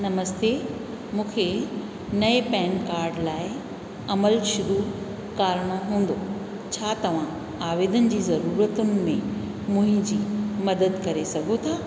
नमस्ते मूंखे नए PAN card लाइ माल शुरू कारिणो हूंदो छा तव्हां आवेदन जी ज़रूरतुनि में मुंहिंजी मदद करे सघो था